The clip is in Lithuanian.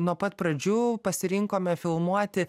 nuo pat pradžių pasirinkome filmuoti